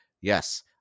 Yes